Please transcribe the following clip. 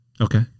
Okay